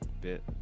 bit